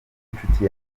nshuti